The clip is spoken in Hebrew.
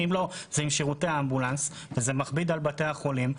ואם לא - צריכים שירותי אמבולנס וזה מכביד על בתי החולים.